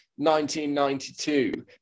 1992